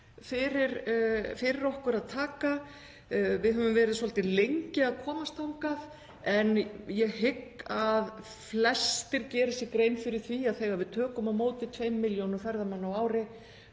fyrir okkur að taka. Við höfum verið svolítið lengi að komast þangað en ég hygg að flestir geri sér grein fyrir því að þegar við tökum á móti tveimur